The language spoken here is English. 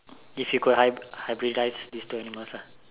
if you could hy~ hybridize these two animals ah